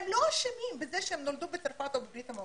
הם לא אשמים בזה שהם נולדו בצרפת או בברית המועצות.